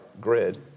grid